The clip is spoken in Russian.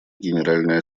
генеральной